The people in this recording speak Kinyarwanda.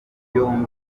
yombi